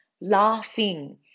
laughing